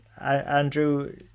Andrew